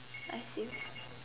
I see